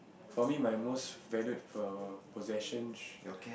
for me my most valued po~ possession